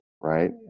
right